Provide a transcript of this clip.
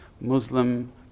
Muslim